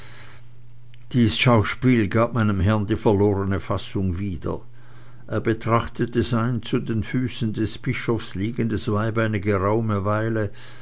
dieses schauspiel gab meinem herrn die verlorene fassung wieder er betrachtete sein zu den füßen des bischofs liegendes weib eine geraume weile